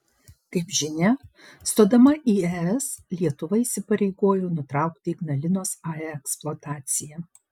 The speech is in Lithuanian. kaip žinia stodama į es lietuva įsipareigojo nutraukti ignalinos ae eksploataciją